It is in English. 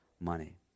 money